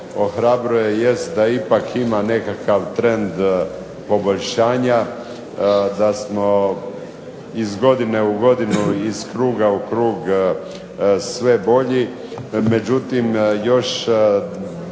ohrabruje jest da ipak ima nekakav trend poboljšanja, da smo iz godine u godinu, iz kruga u krug sve bolji, međutim još